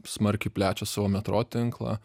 smarkiai plečia savo metro tinklą